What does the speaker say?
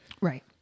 right